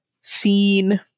scene